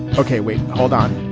ok wait hold on.